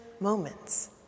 moments